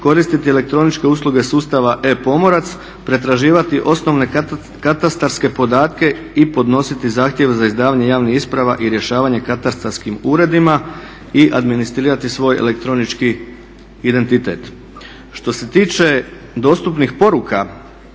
koristiti elektroničke usluge sustava e-pomorac, pretraživati osnovne katastarske podatke i podnositi zahtjeve za izdavanje javnih isprava i rješavanje katastarskim uredima i administrirati svoj elektronički identitet. Što se tiče dostupnih poruka